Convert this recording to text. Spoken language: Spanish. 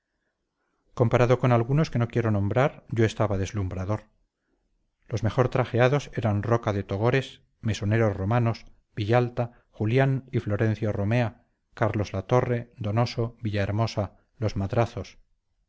comparado con algunos que no quiero nombrar yo estaba deslumbrador los mejor trajeados eran roca de togores mesonero romanos villalta julián y florencio romea carlos latorre donoso villahermosa los madrazos